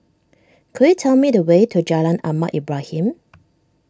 could you tell me the way to Jalan Ahmad Ibrahim